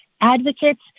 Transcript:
advocates